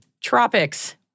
Tropics